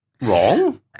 wrong